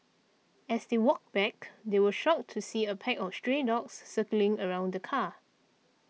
as they walked back they were shocked to see a pack of stray dogs circling around the car